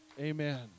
Amen